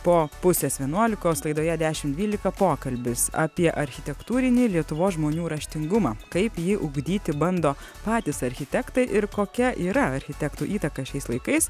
po pusės vienuolikos laidoje dešim dvylika pokalbis apie architektūrinį lietuvos žmonių raštingumą kaip jį ugdyti bando patys architektai ir kokia yra architektų įtaka šiais laikais